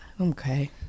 Okay